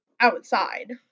outside